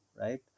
right